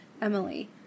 emily